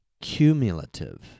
cumulative